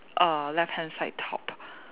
err left hand side top